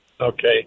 Okay